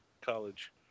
college